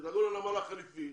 תדאגו לנמל החליפי,